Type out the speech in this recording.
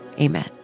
amen